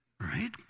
right